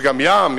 יש גם ים,